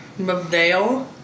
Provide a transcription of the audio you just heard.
Mavale